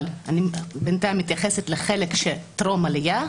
אבל אני בינתיים מתייחסת לחלק טרום עלייה.